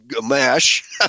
mash